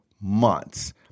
months